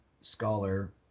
scholar